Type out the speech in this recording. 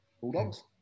Bulldogs